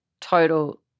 total